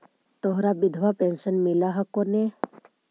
तोहरा विधवा पेन्शन मिलहको ने?